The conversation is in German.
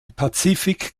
pazifik